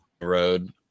road